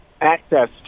access